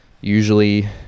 Usually